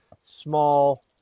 small